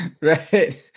Right